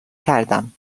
کردم